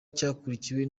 cyakurikiwe